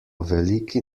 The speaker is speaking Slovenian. veliki